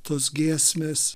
tos giesmės